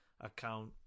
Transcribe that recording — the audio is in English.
account